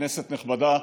כנסת נכבדה,